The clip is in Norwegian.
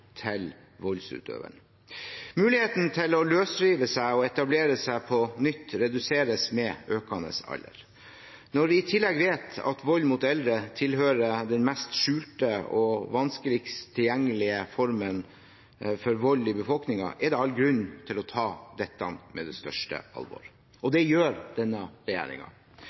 til voldsutøveren. Muligheten til å løsrive seg og etablere seg på nytt reduseres med økende alder. Når vi i tillegg vet at vold mot eldre tilhører den mest skjulte og vanskeligst tilgjengelige formen for vold i befolkningen, er det all grunn til å ta dette på største alvor, og det gjør denne